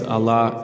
Allah